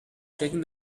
shaking